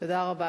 תודה רבה.